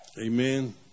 Amen